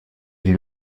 die